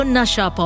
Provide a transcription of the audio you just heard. Nasha